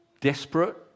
desperate